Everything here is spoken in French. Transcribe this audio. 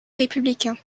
républicains